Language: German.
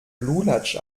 lulatsch